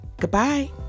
goodbye